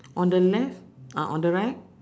on the left uh on the right